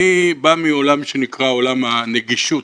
אני בא מעולם שנקרא עולם הנגישות,